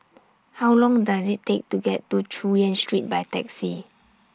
How Long Does IT Take to get to Chu Yen Street By Taxi